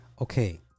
Okay